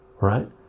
right